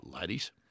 ladies